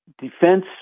defense